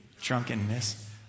drunkenness